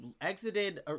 exited